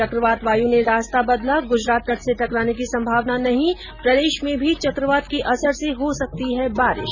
चकवात वायु ने रास्ता बदला गुजरात तट से टकराने की संभावना नहीं प्रदेश में भी चकवात के असर से हो सकती है बारिश